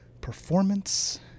performance